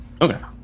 Okay